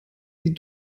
sie